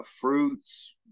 fruits